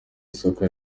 isoko